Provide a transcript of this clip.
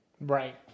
Right